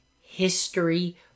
history